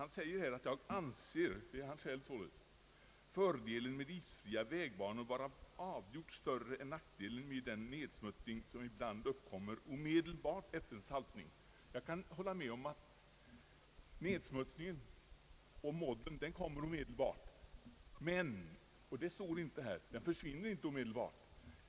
Han säger: ”Jag anser fördelen med isfria vägbanor vara avgjort större än nackdelen med den nedsmutsning som ibland uppkommer omedelbart efter en saltbehandling.” Jag kan hålla med om att nedsmutsningen och modden kommer omedelbart, men — och det stod inte i svaret — den försvinner inte omedelbart.